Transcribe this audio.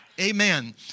Amen